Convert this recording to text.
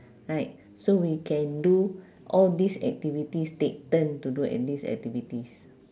right so we can do all these activities take turn to do a~ these activities